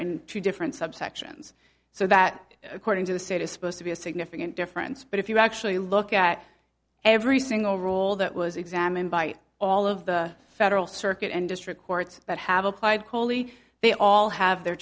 in two different subsections so that according to the state is supposed to be a significant difference but if you actually look at every single role that was examined by all of the federal circuit and district courts that have applied wholly they all